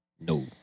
No